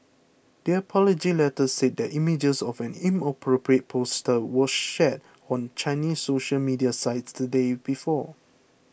the apology letter said that images of an inappropriate poster were shared on Chinese social media sites the day before